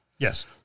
Yes